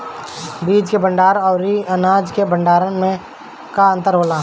बीज के भंडार औरी अनाज के भंडारन में का अंतर होला?